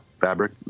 fabric